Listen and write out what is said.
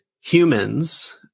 humans